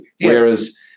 Whereas